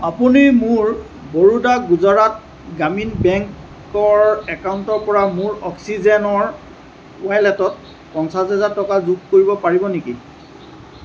আপুনি মোৰ বৰোডা গুজৰাট গ্ৰামীণ বেংকৰ একাউণ্টৰপৰা মোৰ অক্সিজেনৰ ৱালেটত পঞ্চাছ হাজাৰ টকা যোগ কৰিব পাৰিব নেকি